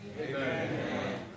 Amen